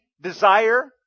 desire